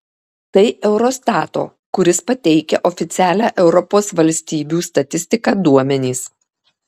tai eurostato kuris pateikia oficialią europos valstybių statistiką duomenys